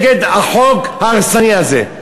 נגד החוק ההרסני הזה.